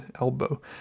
elbow